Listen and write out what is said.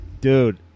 dude